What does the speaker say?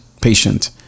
Patient